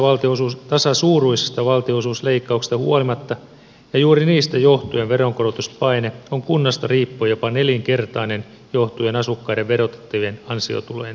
tasasuuruisista valtionosuusleikkauksista huolimatta ja juuri niistä johtuen veronkorotuspaine on kunnasta riippuen jopa nelinkertainen johtuen asukkaiden verotettavien ansiotulojen suuruudesta